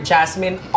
Jasmine